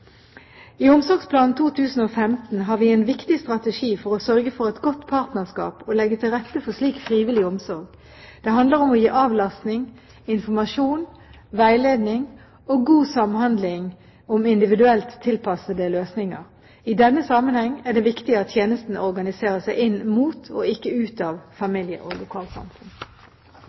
I Omsorgsplan 2015 har vi en viktig strategi for å sørge for et godt partnerskap og legge til rette for slik frivillig omsorg. Det handler om å gi avlastning, informasjon, veiledning og god samhandling om individuelt tilpassede løsninger. I denne sammenheng er det viktig at tjenesten organiserer seg inn mot – og ikke ut av – familie og lokalsamfunn.